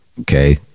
okay